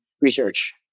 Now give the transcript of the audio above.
research